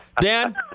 Dan